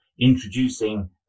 introducing